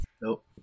Nope